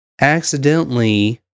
accidentally